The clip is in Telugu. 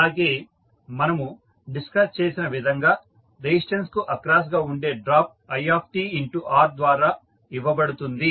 అలాగే మనము డిస్కస్ చేసిన విధంగా రెసిస్టన్స్ కు అక్రాస్ గా ఉండే డ్రాప్ itR ద్వారా ఇవ్వబడుతుంది